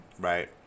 right